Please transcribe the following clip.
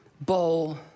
Bowl